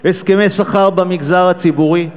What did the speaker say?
הסכמי שכר במגזר הציבורי,